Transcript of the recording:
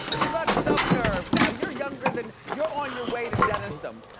you got some nerve. now you're younger than, you're on your way to dennisdom.